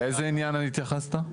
לאיזה עניין התייחסת?